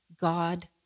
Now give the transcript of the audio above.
God